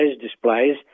displays